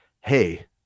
Hey